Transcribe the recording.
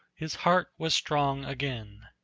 his heart was strong again.